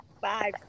five